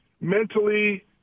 mentally